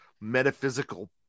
metaphysical